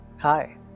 Hi